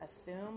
assume